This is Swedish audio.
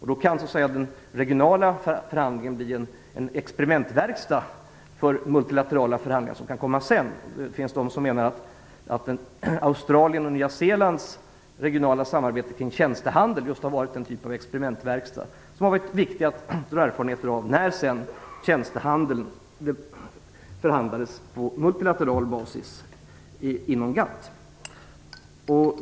Då kan den regionala förhandlingen bli en experimentverkstad för multilaterala förhandlingar som kan göras sedan. En del menar att Australiens och Nya Zeelands regionala samarbete kring tjänstehandel har utgjort en typ av experimentverkstad, som har varit viktig att dra erfarenheter av när det skedde förhandlingar om tjänstehandel på multilateral basis inom GATT.